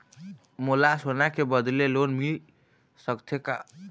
मोला सोना के बदले लोन मिल सकथे का?